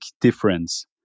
difference